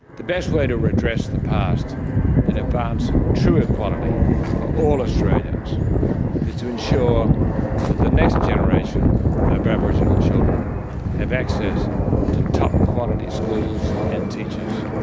the best way to redress the past and advance true equality for all australians is to ensure that the next generation of aboriginal children have access to top quality schools and teachers,